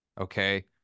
okay